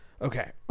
Okay